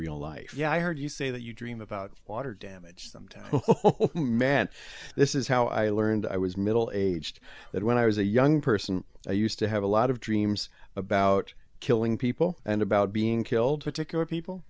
real life yeah i heard you say that you dream about water damage sometimes man this is how i learned i was middle aged that when i was a young person i used to have a lot of dreams about killing people and about being killed particular people